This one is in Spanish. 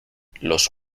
los